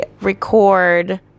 record